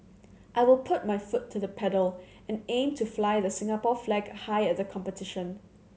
I will put my foot to the pedal and aim to fly the Singapore flag high at the competition